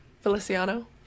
Feliciano